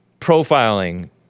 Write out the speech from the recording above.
profiling